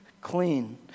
clean